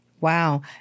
Wow